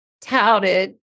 touted